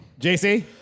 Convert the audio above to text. JC